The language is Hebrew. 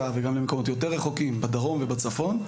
וגם למקומות יותר רחוקים בדרום ובצפון,